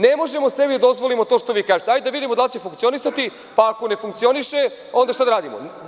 Ne možemo sebi da dozvolimo to što vi kažete – hajde da vidimo da li će funkcionisati, pa ako ne funkcioniše, onda šta da radimo?